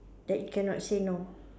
that you cannot say no